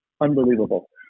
unbelievable